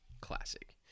Classic